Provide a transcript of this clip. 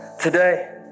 today